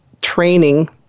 training